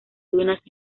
dunas